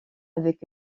avec